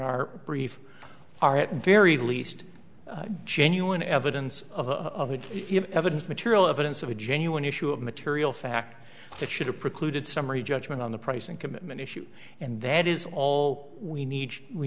our brief are at very least genuine evidence of evidence material evidence of a genuine issue of material fact that should have precluded summary judgment on the price and commitment issues and that is all we need we